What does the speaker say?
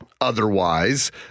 otherwise